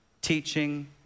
Teaching